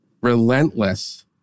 relentless